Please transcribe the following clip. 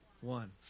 one